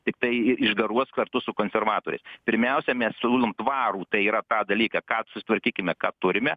tiktai išgaruos kartu su konservatoriais pirmiausia mes siūlom tvarų tai yra tą dalyką kad sutvarkykime ką turime